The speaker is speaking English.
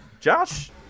Josh